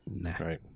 right